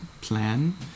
plan